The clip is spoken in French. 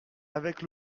avec